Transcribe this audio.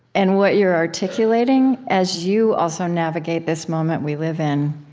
and what you're articulating as you also navigate this moment we live in,